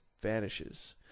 vanishes